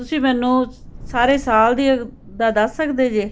ਤੁਸੀਂ ਮੈਨੂੰ ਸਾਰੇ ਸਾਲ ਦੀ ਦਾ ਦੱਸ ਸਕਦੇ ਜੇ